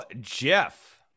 Jeff